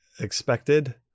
expected